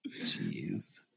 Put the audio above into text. Jeez